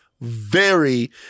very-